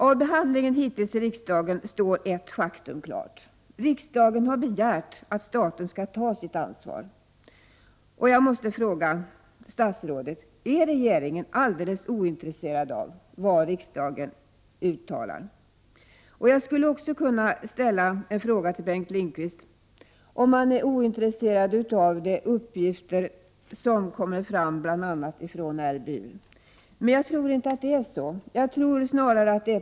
Av behandlingen hittills i riksdagen står ett faktum klart: riksdagen har begärt att staten skall ta sitt ansvar. Jag måste fråga statsrådet: Är regeringen alldeles ointresserad av vad riksdagen uttalar? Jag undrar också om Bengt Lindqvist är ointresserad av de uppgifter som kommit från bl.a. RBU? Jag tror inte att det är på det sättet.